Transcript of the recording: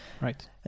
Right